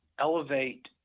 elevate